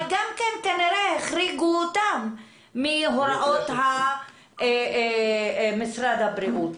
אבל גם כן כנראה החריגו אותם מהוראות משרד הבריאות.